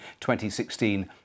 2016